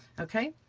okay?